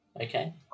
Okay